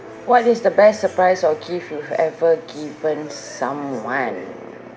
what is the best surprise or gift you've ever given someone